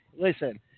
Listen